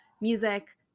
music